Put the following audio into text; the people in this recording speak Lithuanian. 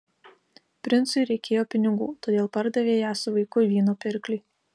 princui reikėjo pinigų todėl pardavė ją su vaiku vyno pirkliui